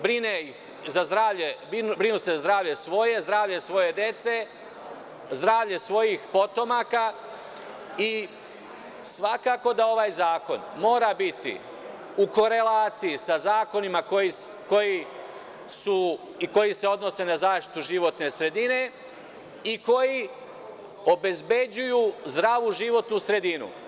Brinu se za svoje zdravlje, zdravlje svoje dece, zdravlje svojih potomaka i svakako da ovaj zakon mora biti u korelaciji sa zakonima koji se odnose na zaštitu životne sredine i koji obezbeđuju zdravu životnu sredinu.